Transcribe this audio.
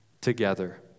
together